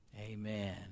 amen